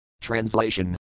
Translation